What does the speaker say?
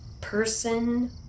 person